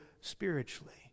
spiritually